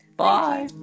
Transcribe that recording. Bye